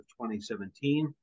2017